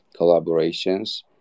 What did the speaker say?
collaborations